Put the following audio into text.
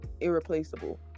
irreplaceable